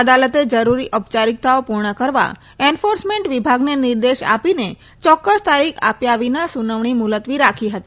અદાલતે જરૂરી ઔપયારીકતાઓ પુર્ણ કરવા એન્ફોર્સમેન્ટ વિભાગને નિર્દેશ આપીને યોકકસ તારીખ આપ્યા વિના સુનાવણી મુલતવી રાખી હતી